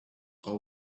are